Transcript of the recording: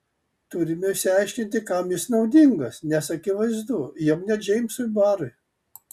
turime išsiaiškinti kam jis naudingas nes akivaizdu jog ne džeimsui barui